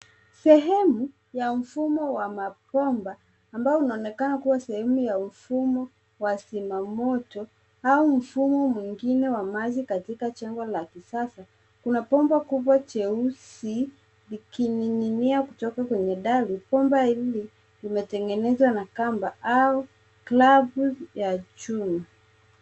Sehemu ya mfumo wa mabomba ambao unaonekana kuwa sehemu ya mfumo wa zimamoto au mfumo mwingine wa maji katika jengo la kisasa. Kuna bomba kubwa jeusi likining'inia kutoka kwenye dari. Bomba hili limetengenezwa na kamba au klabu ya chuma.